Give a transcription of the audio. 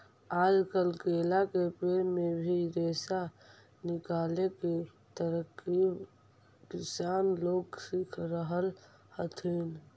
आजकल केला के पेड़ से भी रेशा निकाले के तरकीब किसान लोग सीख रहल हथिन